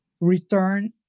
return